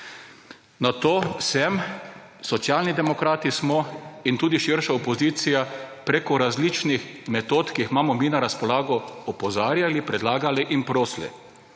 Nato sem, Socialni demokrati smo in tudi širša opozicija preko različnih metod, ki jih imamo mi na razpolago, opozarjali, predlagali in prosili.